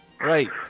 Right